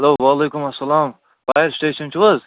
hello وعلیکُم اسلام fire station چھُو حَظ